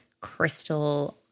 crystal